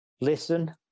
listen